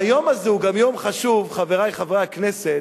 והיום הזה הוא גם יום חשוב, חברי חברי הכנסת,